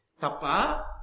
Tapa